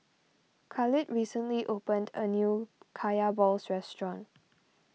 Khalid recently opened a new Kaya Balls restaurant